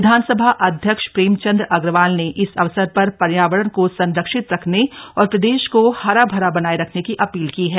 विधानसभा अध्यक्ष प्रेम चंद अग्रवाल ने इस अवसर पर पर्यावरण को संरक्षित रखने और प्रदेश को हरा भरा बनाये रखने की अपील की है